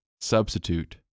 substitute